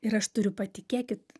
ir aš turiu patikėkit